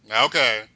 Okay